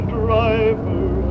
driver